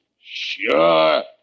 Sure